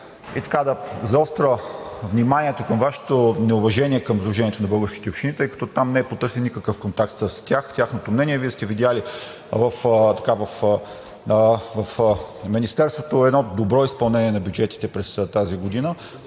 и да заостря вниманието Ви към Вашето неуважение към Сдружението на българските общини, тъй като там не е потърсен никакъв контакт с тях за тяхното мнение. Вие сте видели в Министерството едно добро изпълнение на бюджетите през тази година